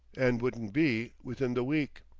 and wouldn't be, within the week.